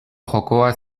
jokoa